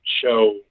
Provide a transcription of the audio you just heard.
show